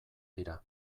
dira